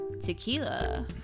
tequila